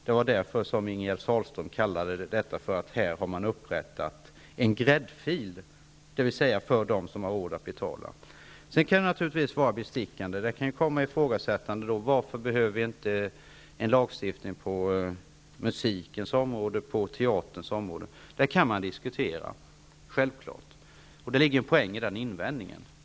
Det var därför som Ingegerd Sahlström ansåg att man här hade upprättat en gräddfil, dvs. för dem som har råd att betala. Sedan kan detta naturligtvis anses bestickande, och det kan ifrågasättas varför vi inte behöver en lagstiftning på musikens och teaterns område. Det ligger självfallet en poäng i den invändningen.